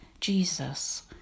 Jesus